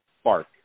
spark